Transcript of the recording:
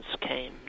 came